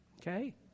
Okay